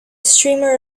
streamer